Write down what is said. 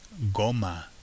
goma